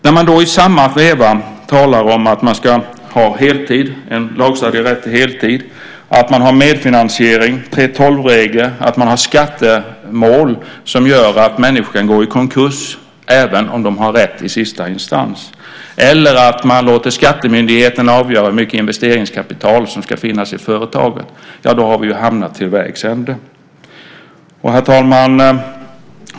När man då i samma veva talar om att man ska ha en lagstadgad rätt till heltid, att man har medfinansiering, 3:12-regler, skattemål som gör att människor kan gå i konkurs även om de har rätt i sista instans eller att man låter skattemyndigheterna avgöra hur mycket investeringskapital som ska finnas i företagen, ja, då har vi hamnat vid vägs ände. Herr talman!